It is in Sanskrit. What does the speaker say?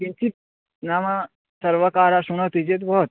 किञ्चित् नाम सर्वकारः श्रुणोति चेत् भवति